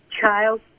child